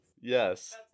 Yes